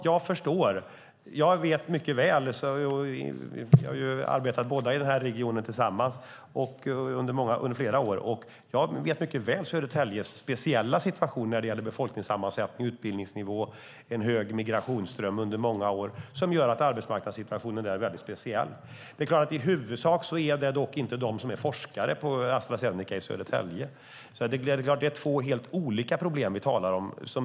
Vi har båda arbetat i denna region under flera år, tillsammans, och jag vet mycket väl Södertäljes speciella situation när det gäller befolkningssammansättning, utbildningsnivå och en hög migrationsström under många år som gör att arbetsmarknadssituationen där är väldigt speciell. Det är dock klart att det i huvudsak inte är de som är forskare på Astra Zeneca i Södertälje. Det är alltså två helt olika problem vi talar om.